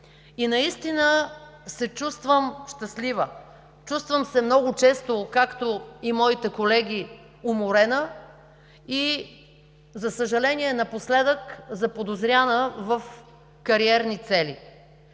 и наистина се чувствам щастлива. Чувствам се много често, както и моите колеги, уморена и, за съжаление, напоследък заподозряна в кариерни цели.